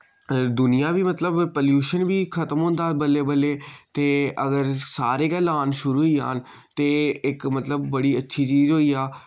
दुनिया वि मतलब पोल्लूशन बी खत्म होंदा बल्लें बल्लें ते अगर सारे गै लान शुरू होई जान ते इक मतलब बड़ी अच्छी चीज होई जा